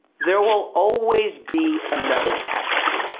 there will always be another test,